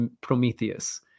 Prometheus